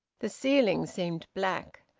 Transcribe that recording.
the ceiling seemed black.